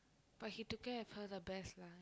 but he took care of her the best lah